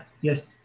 yes